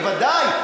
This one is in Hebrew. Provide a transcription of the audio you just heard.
בוודאי,